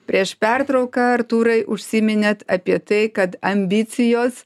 prieš pertrauką artūrai užsiminėt apie tai kad ambicijos